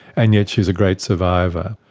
and yet she is a great survivor.